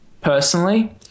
personally